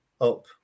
up